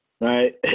Right